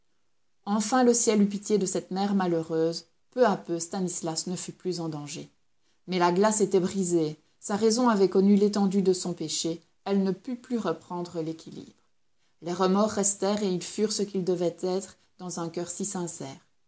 enfin le ciel eut pitié de cette mère malheureuse peu à peu stanislas ne fut plus en danger mais la glace était brisée sa raison avait connu l'étendue de son péché elle ne put plus reprendre l'équilibre les remords restèrent et ils furent ce qu'ils devaient être dans un coeur si sincère